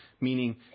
meaning